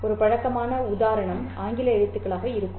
ஒரு பழக்கமான உதாரணம் ஆங்கில எழுத்துக்களாக இருக்கும்